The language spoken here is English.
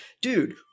Dude